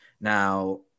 Now